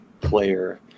player